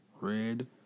red